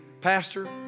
Pastor